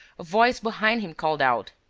a voice behind him called out